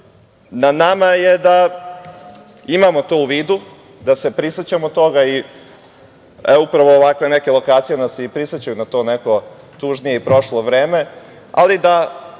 nama je da imamo to u vidu, da se prisećamo toga. Upravo ovakve neke lokacije nas i prisećaju na to neko tužnije i lošije vreme, ali da